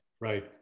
Right